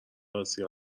آسیا